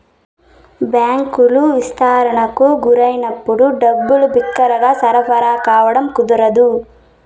బ్యాంకులు విస్తరణకు గురైనప్పుడు డబ్బులు బిరిగ్గా సరఫరా కావడం కుదరదు